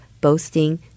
boasting